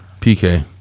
PK